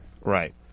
Right